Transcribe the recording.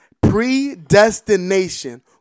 Predestination